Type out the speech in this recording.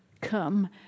come